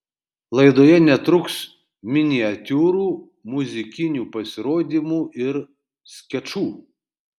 laidoje netruks miniatiūrų muzikinių pasirodymų ir skečų